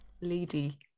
Lady